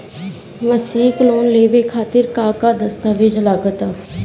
मसीक लोन लेवे खातिर का का दास्तावेज लग ता?